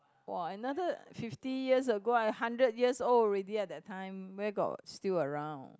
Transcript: !wah! another fifty years ago I hundred years old already lah that time where got still around